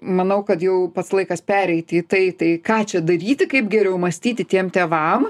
manau kad jau pats laikas pereiti į tai tai ką čia daryti kaip geriau mąstyti tiem tėvam